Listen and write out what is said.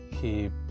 keep